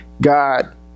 God